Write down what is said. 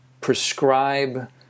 prescribe